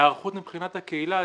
היערכות מבחינת הקהילה.